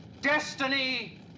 Destiny